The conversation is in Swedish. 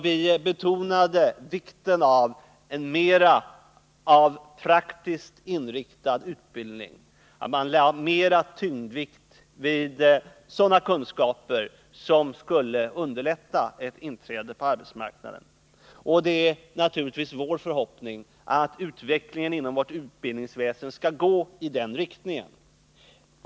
Vi betonade vikten av att öka möjligheterna till praktiskt inriktad utbildning och att tyngdpunkten mer bör läggas på sådana kunskaper som skulle underlätta ett inträde på arbetsmarknaden. Det är naturligtvis vår förhoppning att utvecklingen inom vårt utbildningsväsen skall gå i den riktningen.